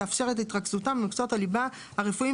תאפשר את התרכזותם במקצועות הליבה הרפואיים